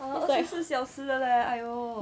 err 二十四小时的 leh !aiyo!